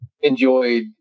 enjoyed